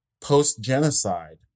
post-genocide